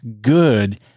good